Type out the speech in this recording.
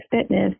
fitness